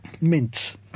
Mints